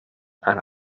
aan